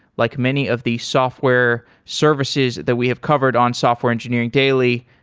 like many of the software services that we have covered on software engineering daily,